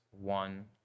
one